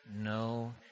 no